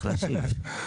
לא, הוא צריך להשיב.